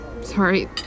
Sorry